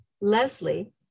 Leslie